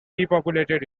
depopulated